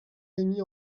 rémy